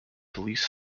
police